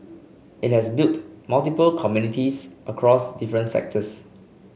it has built multiple communities across different sectors